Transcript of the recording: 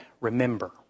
remember